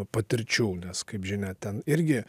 patirčių nes kaip žinia ten irgi